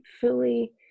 fully